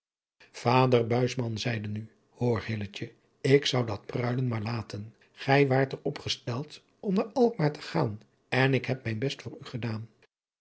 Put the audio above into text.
zeide nu hoor hilletje ik zou dat pruilen maar laten gij waart er op gesteld om naar alkmaar te gaan en ik heb mijn best voor u gedaan